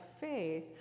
faith